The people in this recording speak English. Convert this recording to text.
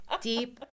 Deep